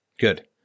Good